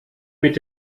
mit